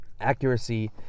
accuracy